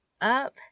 up